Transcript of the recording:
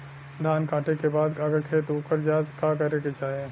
धान कांटेके बाद अगर खेत उकर जात का करे के चाही?